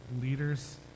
leaders